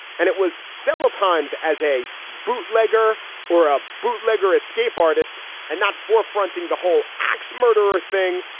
and it was several times as a bootlegger or a bootlegger escape artist and not for fronting the whole axe murderer thing.